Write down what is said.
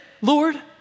Lord